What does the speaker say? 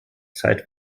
zeit